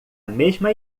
mesma